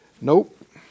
nope